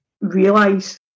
realise